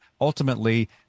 ultimately